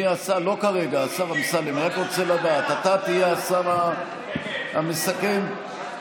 השר אמסלם, אתה תהיה השר המסכם?